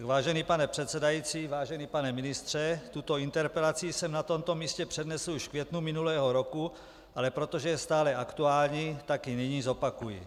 Vážený pane předsedající, vážený pane ministře, tuto interpelaci jsem na tomto místě přednesl už v květnu minulého roku, ale protože je stále aktuální, tak ji nyní zopakuji.